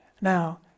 Now